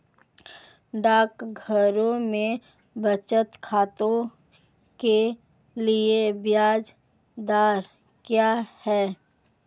डाकघरों में बचत खाते के लिए ब्याज दर क्या है?